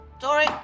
Sorry